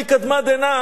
מקדמת דנא,